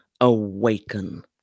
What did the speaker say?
awaken